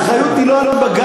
האחריות היא לא על בג"ץ.